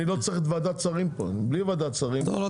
אנחנו נגיש חוק דרך הוועדה ואני לא צריך את ועדת שרים פה.